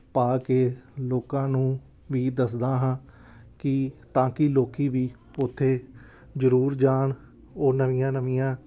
ਪਾ ਕੇ ਲੋਕਾਂ ਨੂੰ ਵੀ ਦੱਸਦਾ ਹਾਂ ਕਿ ਤਾਂ ਕਿ ਲੋਕੀਂ ਵੀ ਉੱਥੇ ਜ਼ਰੂਰ ਜਾਣ ਉਹ ਨਵੀਆਂ ਨਵੀਆਂ